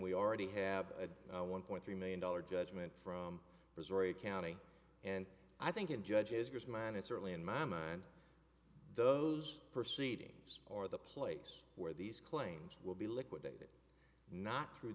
we already have a one point three million dollars judgment from brazoria county and i think it judges because mine is certainly in my mind those proceed aims or the place where these claims will be liquidated not through